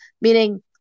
Meaning